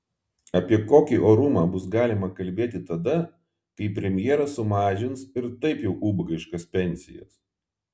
apie kokį orumą bus galima kalbėti tada kai premjeras sumažins ir taip jau ubagiškas pensijas